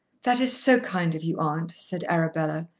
that is so kind of you, aunt, said arabella,